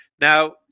Now